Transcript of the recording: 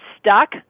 stuck